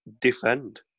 defend